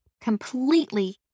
completely